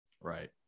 Right